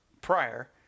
Prior